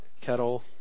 kettle